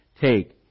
Take